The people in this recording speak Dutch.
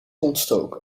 ontstoken